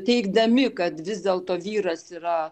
teigdami kad vis dėlto vyras yra